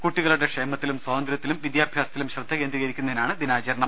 കുട്ടികളുടെ ക്ഷേമത്തിലും സ്വാതന്ത്ര്യ ത്തിലും വിദ്യാഭ്യാസത്തിലും ശ്രദ്ധകേന്ദ്രീകരിക്കുന്നതിനാണ് ദിനാചര ണം